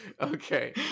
Okay